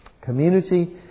Community